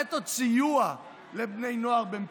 לתת עוד סיוע לבני נוער במצוקה.